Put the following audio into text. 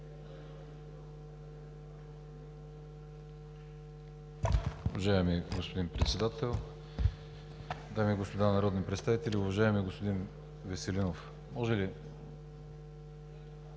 Уважаеми господин Председател, дами и господа народни представители! Уважаеми господин Ципов, Вие